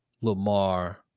Lamar